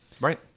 Right